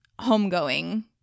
Homegoing